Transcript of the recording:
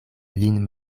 vin